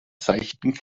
seichten